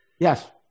Yes